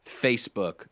Facebook